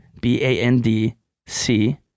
B-A-N-D-C